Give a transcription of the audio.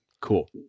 Cool